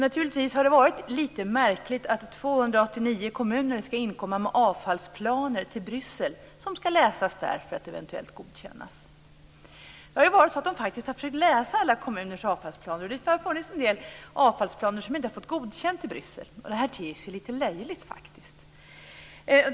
Naturligtvis har det varit lite märkligt att 289 kommuner skall inkomma med avfallsplaner till Bryssel. Dessa skall sedan läsas där för att eventuellt godkännas. Det har ju faktiskt varit så att de har försökt att läsa alla kommuners avfallsplaner, och det har funnits en del avfallsplaner som inte har fått godkänt i Bryssel. Det ter sig lite löjligt, faktiskt.